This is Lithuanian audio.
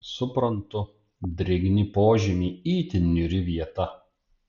suprantu drėgni požemiai itin niūri vieta